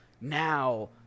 now